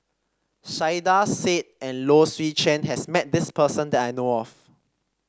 Saiedah Said and Low Swee Chen has met this person that I know of